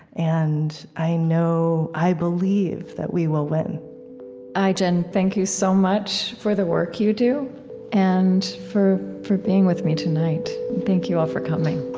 and i know i believe that we will win ai-jen, thank you so much, for the work you do and for for being with me tonight. and thank you all for coming